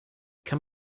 kann